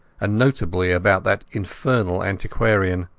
and notably about that infernal antiquarian.